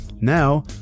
Now